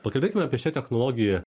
pakalbėkime apie šią technologiją